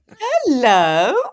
Hello